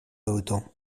autant